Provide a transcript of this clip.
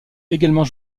également